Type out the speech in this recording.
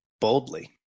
boldly